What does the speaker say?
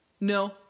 No